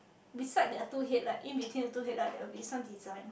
beside that two headlight in between the two headlight there will be some design